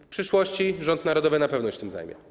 W przyszłości rząd narodowy na pewno się tym zajmie.